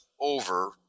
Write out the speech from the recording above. over